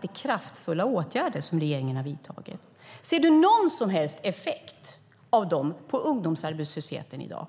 är kraftfulla åtgärder som regeringen har vidtagit. Ser du någon som helst effekt av dem på ungdomsarbetslösheten i dag?